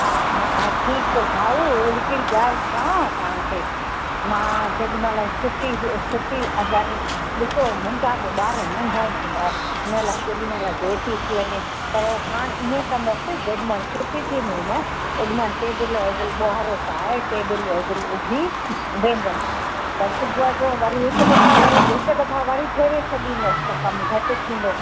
हा हा हा ठीकु आहे भाऊ और हिकिड़ी ॻाल्हि चवांव तव्हां खे मां जेॾी महिल छुटी ॾियो छुटी अगरि ॾिसो मुंहिंजा पोइ ॿार नंढा नंढा आहिनि इन लाइ केॾी महिल देरि थी थी वञे त हाणि ईअं कंदसि जेॾी महिल छुटी थींदी न ओॾी महिल टेबिल वेबिल ॿुहारो पाए टेबिल वेबिल उघी वेंदसि त सुबुह जो वरी हिकु दफ़ा वरी हिकु दफ़ा वरी फेरे छॾींदसि त कमु घटि थींदो